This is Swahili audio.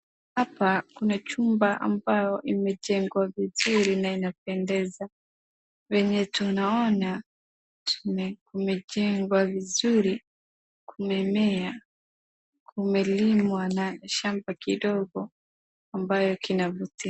Hapa kuna chumba ambayo imejengwa vizuri na inapendeza. Venye tunaona ni imejengwa vizuri mimea imelimwa na shamba kidogo ambayo kinavutia.